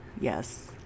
yes